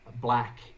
Black